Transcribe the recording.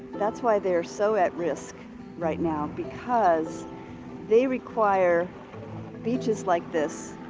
that's why they're so at risk right now. because they require beaches like this,